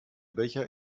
becher